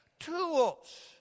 Tools